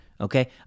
Okay